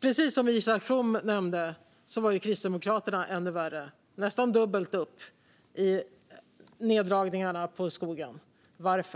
Precis som Isak From nämnde var Kristdemokraterna ännu värre. Det var nästan dubbelt upp i neddragningarna på skogen. Varför?